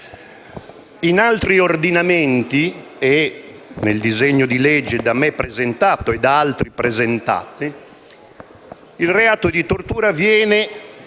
In altri ordinamenti e nel disegno di legge da me e da altri presentato, il reato di tortura viene